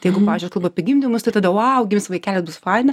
tai jeigu pavyzdžiui aš kalbu apie gimdymus tai tada vau gims vaikelis bus faina